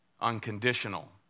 Unconditional